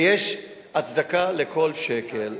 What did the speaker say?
ויש הצדקה לכל שקל.